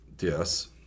Yes